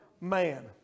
man